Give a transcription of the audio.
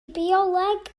bioleg